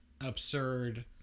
absurd